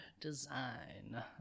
design